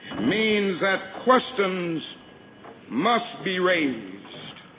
means that questions must be raised.